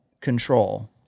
control